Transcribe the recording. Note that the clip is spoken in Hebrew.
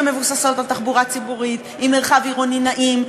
שמבוססות על תחבורה ציבורית עם מרחב עירוני נעים,